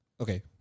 Okay